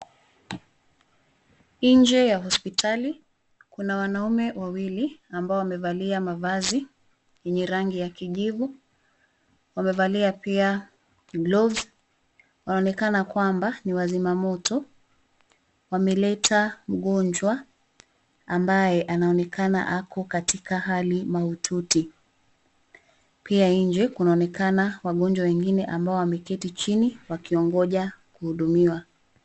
Nje ya hospitali kuna wanaume wawili ambao wamevalia mavazi yenye rangi ya kijivu. Wamevalia pia gloves . Wanaonekana kwamba ni wazima moto wameleta mgonjwa ambaye anaonekana ako katika hali mahututi. Pia nje kunaonekana wagonjwa wengine ambao wameketi chini wakiongoja kuhudumiwa.